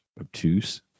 obtuse